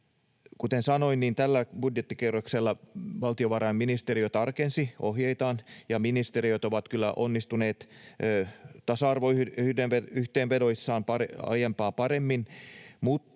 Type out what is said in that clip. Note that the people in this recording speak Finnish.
Kuten sanoin, tällä budjettikierroksella valtiovarainministeriö tarkensi ohjeitaan, ja ministeriöt ovat kyllä onnistuneet tasa-arvoyhteenvedoissaan aiempaa paremmin,